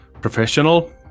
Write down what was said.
professional